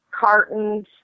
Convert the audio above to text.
cartons